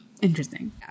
Interesting